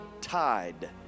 tied